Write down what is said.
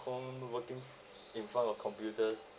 home working in front of computers